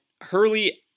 Hurley